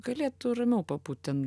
galėtų ramiau pabūt ten